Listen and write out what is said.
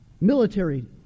military